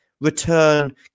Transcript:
return